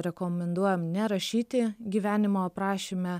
rekomenduojam nerašyti gyvenimo aprašyme